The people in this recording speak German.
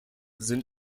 sind